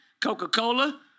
Coca-Cola